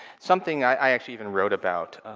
something i actually even wrote about,